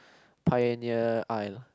pioneer island